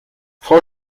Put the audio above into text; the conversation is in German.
frau